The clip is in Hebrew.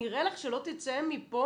נראה לך שלא יצא מפה